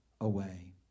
away